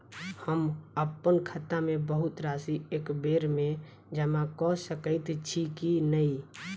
हम अप्पन खाता मे बहुत राशि एकबेर मे जमा कऽ सकैत छी की नै?